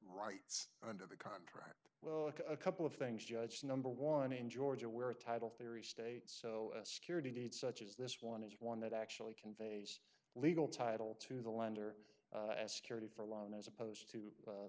rights under the contract well a couple of things judge number one in georgia where title theory states so security needs such as this one is one that actually conveys legal title to the lender as security for a loan as opposed to